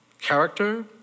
character